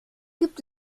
gibt